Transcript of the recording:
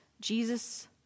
Jesus